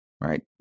right